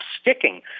sticking